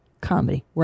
comedy